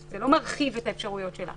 זה לא מרחיב את האפשרויות שלה.